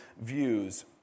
views